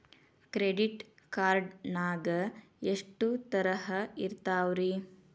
Credit card ನಾಗ ಎಷ್ಟು ತರಹ ಇರ್ತಾವ್ರಿ?